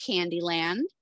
Candyland